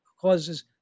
causes